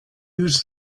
use